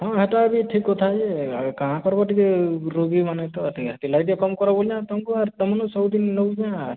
ହଁ ହେଟା ବି ଠିକ୍ କଥା ଯେ କାଁ କର୍ବ ଟିକେ ରୋଗୀମାନେ ତ ହେତିର୍ଲାଗି ଟିକେ କମ୍ କର ବଲୁଚେଁ ତମ୍କୁ ଆର୍ ତମର୍ନୁ ସବୁ ଦିନ୍ ନଉଚେଁ ଆର୍